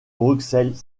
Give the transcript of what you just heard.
bruxelles